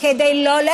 כדי לא לאפשר לרוב,